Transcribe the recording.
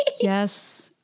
Yes